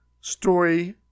story